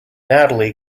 natalie